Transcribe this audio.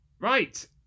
Right